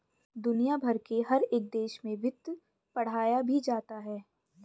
दुनिया भर के हर एक देश में वित्त पढ़ाया भी जाता है